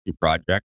project